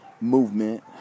movement